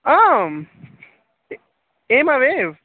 आम् एमवेव